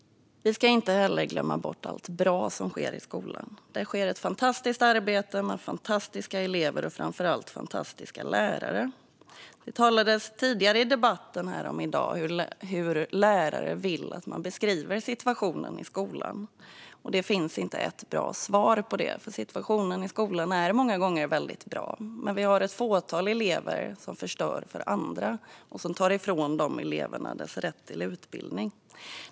Vi ska inte heller glömma bort allt bra som sker i skolan. Där sker ett fantastiskt arbete med fantastiska elever och framför allt fantastiska lärare. Det talades i debatten här tidigare i dag om hur lärare vill att man beskriver situationen i skolan. Det finns inte ett bra svar på det. Situationen i skolan är många gånger väldigt bra, men det finns ett fåtal elever som förstör för andra och tar ifrån dem deras rätt till utbildning.